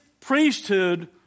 priesthood